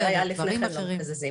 מה שהיה לפני כן לא מקזזים,